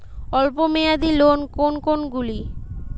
অল্প মেয়াদি লোন কোন কোনগুলি?